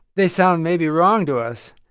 they sound maybe wrong to us.